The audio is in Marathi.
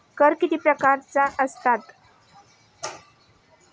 कर किती प्रकारांचे असतात?